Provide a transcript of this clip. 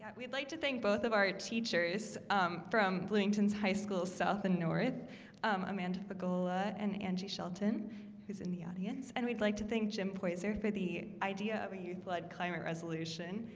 but we'd like to thank both of our teachers from bloomington's high school south and north amanda cola and angie shelton who's in the audience? and we'd like to thank jim poison for the idea of yeah like climate resolution